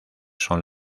son